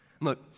Look